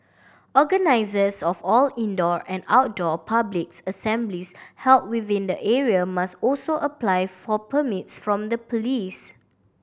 organisers of all indoor and outdoor public assemblies held within the area must also apply for permits from the police